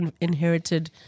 inherited